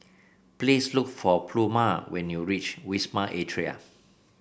please look for Pluma when you reach Wisma Atria